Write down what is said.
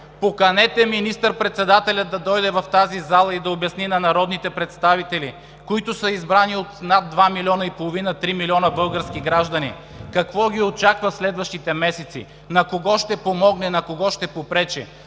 Поканете министър-председателя да дойде в тази зала и да обясни на народните представители, които са избрани от над 2 милиона и половина – 3 милиона български граждани, какво ги очаква в следващите месеци, на кого ще помогне, на кого ще попречи!